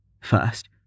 First